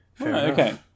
Okay